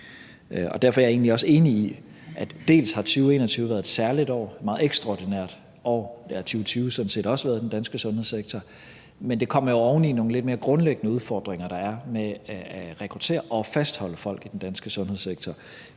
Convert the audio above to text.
Derfor er jeg egentlig også enig i, at 2021 har været et særligt og meget ekstraordinært år – det har 2020 sådan set også været for den danske sundhedssektor – men det kommer oven i nogle lidt mere grundlæggende udfordringer, der er med at rekruttere og fastholde folk i den danske sundhedssektor.